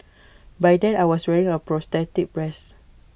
by then I was wearing A prosthetic breast